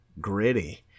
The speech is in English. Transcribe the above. gritty